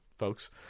folks